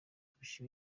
kurusha